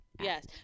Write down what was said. Yes